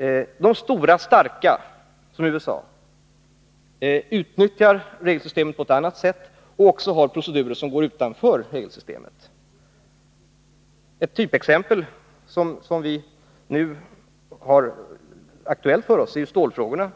— utnyttjar regelsystemet på ett annat sätt och har dessutom procedurer som går utanför regelsystemet. Ett typexempel som är aktuellt gäller stålfrågorna.